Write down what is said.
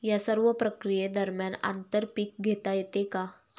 या सर्व प्रक्रिये दरम्यान आंतर पीक घेता येते का?